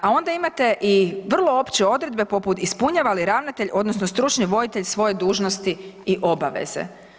A onda imate i vrlo opće odredbe poput ispunjava li ravnatelj odnosno stručni voditelj svoje dužnosti i obaveze.